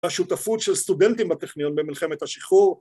השותפות של סטודנטים בטכניון במלחמת השחרור